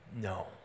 No